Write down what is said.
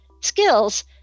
skills